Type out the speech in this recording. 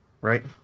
right